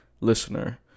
listener